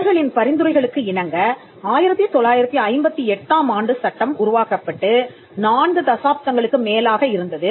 அவர்களின் பரிந்துரைகளுக்கு இணங்க 1958 ஆம் ஆண்டு சட்டம் உருவாக்கப்பட்டு நான்கு தசாப்தங்களுக்கு மேலாக இருந்தது